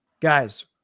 Guys